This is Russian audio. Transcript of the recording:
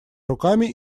руками